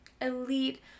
elite